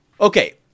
Okay